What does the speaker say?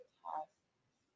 tasks